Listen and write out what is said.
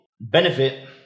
benefit